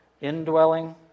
indwelling